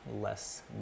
less